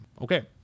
Okay